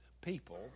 people